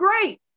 great